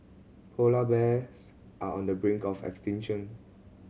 polar bears are on the brink of extinction